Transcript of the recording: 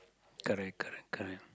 correct correct correct